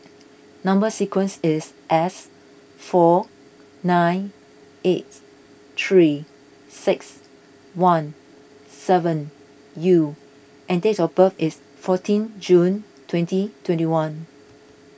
Number Sequence is S four nine eight three six one seven U and date of birth is fourteen June twenty twenty one